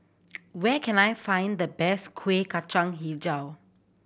where can I find the best Kuih Kacang Hijau